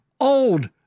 old